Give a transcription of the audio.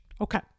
Okay